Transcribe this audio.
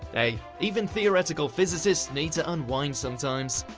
hey, even theoretical physicists need to unwind sometimes.